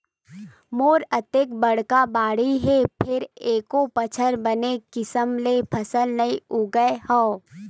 मोर अतेक बड़का बाड़ी हे फेर एको बछर बने किसम ले फसल नइ उगाय हँव